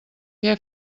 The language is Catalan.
què